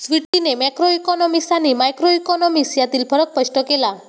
स्वीटीने मॅक्रोइकॉनॉमिक्स आणि मायक्रोइकॉनॉमिक्स यांतील फरक स्पष्ट केला